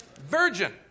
Virgin